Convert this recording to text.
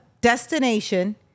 destination